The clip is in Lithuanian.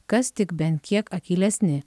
kas tik bent kiek akylesni